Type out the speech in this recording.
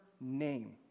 name